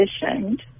positioned